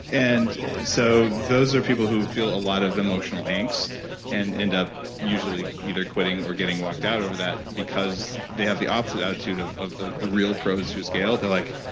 and so those are people who feel a lot of emotional angst and end up usually either quitting or getting locked out over that because they have the opposite attitude of of the the real pros who scaled, they're like,